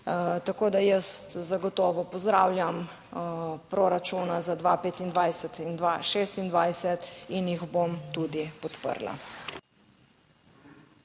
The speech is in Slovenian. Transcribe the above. tako da jaz zagotovo pozdravljam proračuna za 2025 in 2026 in jih bom tudi podprla.